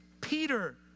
Peter